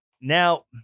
now